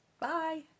Bye